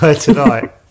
Tonight